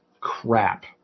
crap